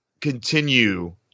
continue